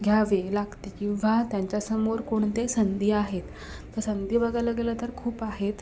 घ्यावे लागते किंवा त्यांच्यासमोर कोणते संधी आहेत संधी बघायला गेलं तर खूप आहेत